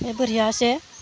ए बरहियासे